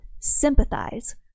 Sympathize